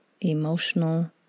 emotional